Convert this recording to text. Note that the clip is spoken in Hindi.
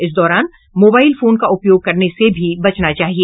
इस दौरान मोबाईल फोन का उपयोग करने से भी बचना चाहिए